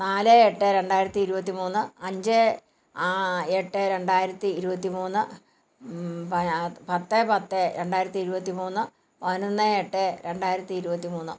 നാല് എട്ട് രണ്ടായിരത്തി ഇരുപത്തി മൂന്ന് അഞ്ച് എട്ട് രണ്ടായിരത്തി ഇരുപത്തി മൂന്ന് പത്ത് പത്ത് രണ്ടായിരത്തി ഇരുപത്തി മൂന്ന് പതിനൊന്ന് എട്ട് രണ്ടായിരത്തി ഇരുപത്തി മൂന്ന്